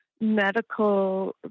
medical